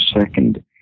second